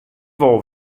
wol